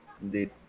Indeed